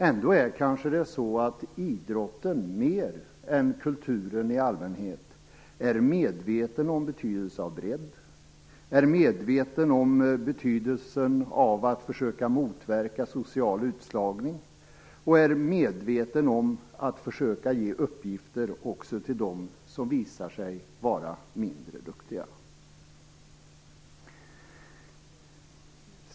Ändå är det kanske så att idrotten mer än kulturen i allmänhet är medveten om betydelsen av bredd, är medveten om betydelsen av att försöka motverka social utslagning och är medveten om att försöka ge uppgifter också till dem som visar sig vara mindre duktiga.